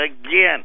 again